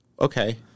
okay